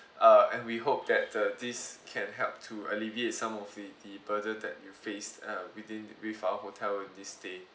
uh and we hope that uh this can help to alleviate some of the the burden that you faced uh within with our hotel in this stay